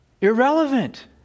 irrelevant